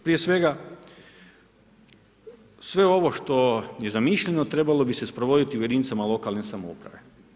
Prije svega sve ovo što je zamišljeno trebalo bi se sprovoditi u jedinicama lokalne samouprave.